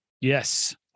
yes